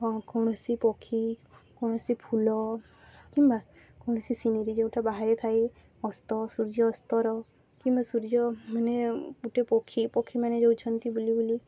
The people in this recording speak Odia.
ହଁ କୌଣସି ପକ୍ଷୀ କୌଣସି ଫୁଲ କିମ୍ବା କୌଣସି ସିନେରୀ ଯୋଉଟା ବାହାରେ ଥାଏ ଅସ୍ତ ସୂର୍ଯ୍ୟ ଅସ୍ତର କିମ୍ବା ସୂର୍ଯ୍ୟ ମାନେ ଗୋଟେ ପକ୍ଷୀ ପକ୍ଷୀମାନେ ଯଉଛନ୍ତି ବୁଲି ବୁଲି